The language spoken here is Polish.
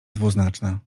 dwuznaczna